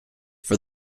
for